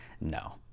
No